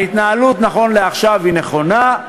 ההתנהלות נכון לעכשיו היא נכונה,